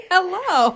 Hello